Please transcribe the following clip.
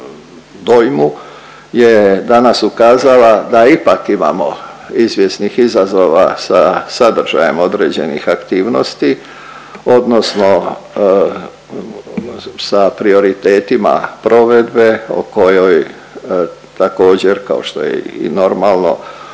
dojmu je danas ukazala da ipak imamo izvjesnih izazova sa sadržajem određenih aktivnosti odnosno sa prioritetima provedbe o kojoj također kao što je i normalno